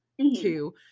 Two